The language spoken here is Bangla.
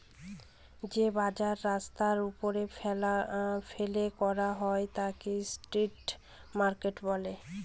যে বাজার রাস্তার ওপরে ফেলে করা হয় তাকে স্ট্রিট মার্কেট বলে